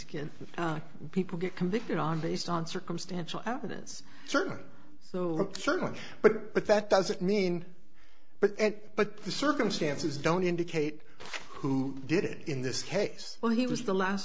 can people get convicted on based on circumstantial evidence certainly so certainly but but that doesn't mean but it but the circumstances don't indicate who did it in this case well he was the last